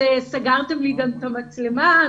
סגרתם לי את המצלמה.